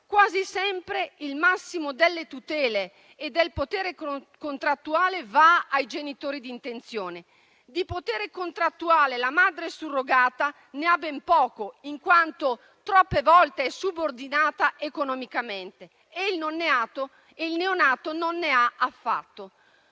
Quasi sempre il massimo delle tutele e del potere contrattuale va ai genitori di intenzione. Di potere contrattuale la madre surrogata ne ha ben poco, in quanto troppe volte è subordinata economicamente, e il neonato non ne ha affatto.